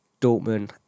Dortmund